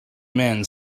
men